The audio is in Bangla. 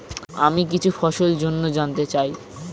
আমি কিছু ফসল জন্য জানতে চাই